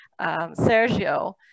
Sergio